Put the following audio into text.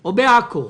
או בעכו.